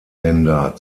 länder